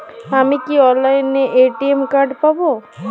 আমি কি অনলাইনে এ.টি.এম কার্ড পাব?